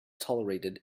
tolerated